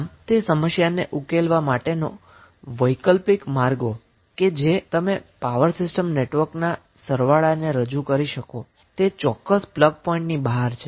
આમ તે સમસ્યાને ઉકેલવા માટેના વૈકલ્પિક માર્ગો કે જે તમે પાવર સિસ્ટમ નેટવર્કના સરવાળાને રજૂ કરી શકો છો જે તે ચોક્કસ પ્લગ પોઇન્ટની બહાર છે